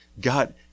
God